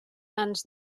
ans